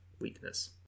weakness